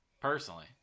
personally